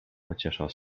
pocieszał